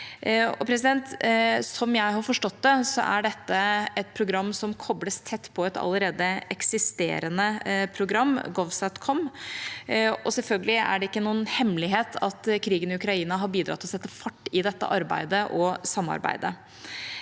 Slik jeg har forstått det, er dette et program som kobles tett på et allerede eksisterende program, GOVSATCOM, og selvfølgelig er det ingen hemmelighet at krigen i Ukraina har bidratt til å sette fart i dette arbeidet og samarbeidet.